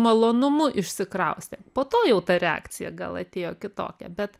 malonumu išsikraustė po to jau ta reakcija gal atėjo kitokia bet